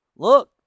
Look